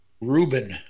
Ruben